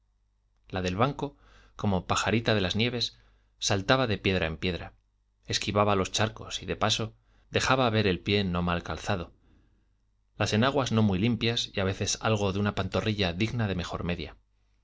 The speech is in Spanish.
la del banco como pajarita de las nieves saltaba de piedra en piedra esquivaba los charcos y de paso dejaba ver el pie no mal calzado las enaguas no muy limpias y a veces algo de una pantorrilla digna de mejor media